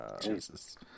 Jesus